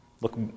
Look